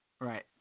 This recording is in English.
Right